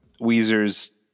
Weezer's